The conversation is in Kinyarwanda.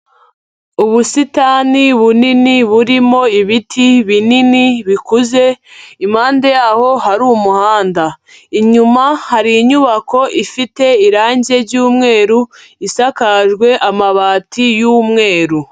Ubusitani bunini burimo ibiti binini, bikuze, impande yaho hari umuhanda. Inyuma hari inyubako ifite irange ry'umweru, isakajwe amabati y'umweru.